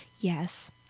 Yes